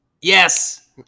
Yes